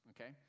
okay